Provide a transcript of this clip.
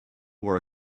were